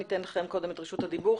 אתן לכם קודם את רשות הדיבור.